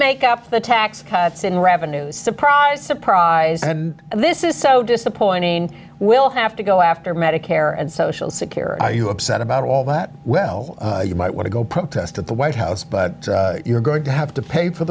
make up the tax cuts in revenues surprise surprise and this is so disappointing we'll have to go after medicare and social security are you upset about all that well you might want to go protest at the white house but you're going to have to pay for